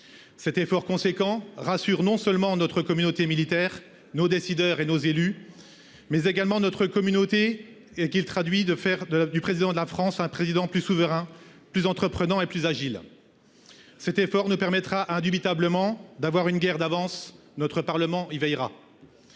Cet effort conséquent rassure non seulement notre communauté militaire nos décideurs et nos élus. Mais également notre communauté et qu'il traduit de faire de la, du président de la France, un président plus souverain plus entreprenants et plus Agile. Cet effort ne permettra indubitablement d'avoir une guerre d'avance notre Parlement y veillera.